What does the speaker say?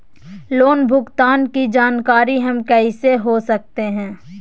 Loan भुगतान की जानकारी हम कैसे हो सकते हैं?